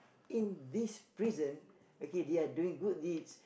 in this prison okay they are doing good deeds